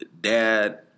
dad